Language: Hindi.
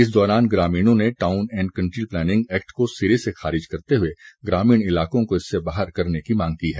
इस दौरान ग्रामीणों ने town and country planning act को सिरे से खारिज करते हुए ग्रामीण इलाकों को इससे बाहर करने की मांग की है